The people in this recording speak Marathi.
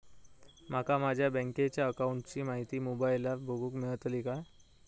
माका माझ्या बँकेच्या अकाऊंटची माहिती मोबाईलार बगुक मेळतली काय?